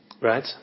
Right